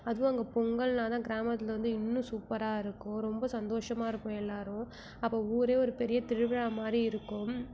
அதுவும் அங்கே பொங்கல்னால்தான் கிராமத்தில் வந்து இன்னும் சூப்பராக இருக்கும் ரொம்ப சந்தோஷமாக இருப்போம் எல்லோரும் அப்போ ஊரே ஒரு பெரிய திருவிழா மாதிரி இருக்கும்